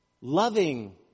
loving